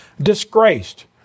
disgraced